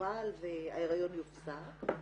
תטופל וההיריון יופסק.